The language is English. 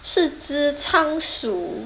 是只仓鼠